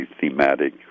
thematic